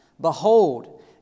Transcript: Behold